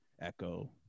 echo